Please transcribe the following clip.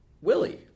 Willie